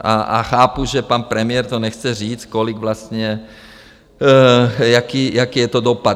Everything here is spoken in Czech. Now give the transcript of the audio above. A chápu, že pan premiér to nechce říct, kolik vlastně, jaký je to dopad.